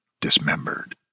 Dismembered